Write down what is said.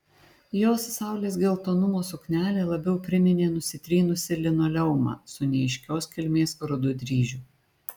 jos saulės geltonumo suknelė labiau priminė nusitrynusį linoleumą su neaiškios kilmės rudu dryžiu